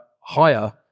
higher